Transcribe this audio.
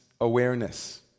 awareness